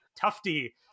Tufty